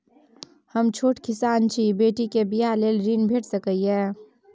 हम छोट किसान छी, बेटी के बियाह लेल ऋण भेट सकै ये?